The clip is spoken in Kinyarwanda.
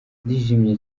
ndishimye